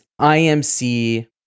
IMC